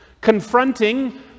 confronting